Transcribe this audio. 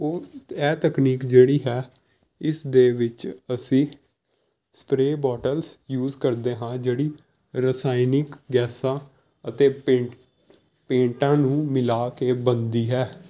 ਉਸ ਇਹ ਤਕਨੀਕ ਜਿਹੜੀ ਹੈ ਇਸ ਦੇ ਵਿੱਚ ਅਸੀਂ ਸਪਰੇ ਬੋਟਲਸ ਯੂਜ ਕਰਦੇ ਹਾਂ ਜਿਹੜੀ ਰਸਾਇਣਕ ਗੈਸਾਂ ਅਤੇ ਪੇਂਟ ਪੇਂਟਾਂ ਨੂੰ ਮਿਲਾ ਕੇ ਬਣਦੀ ਹੈ